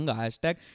hashtag